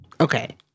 okay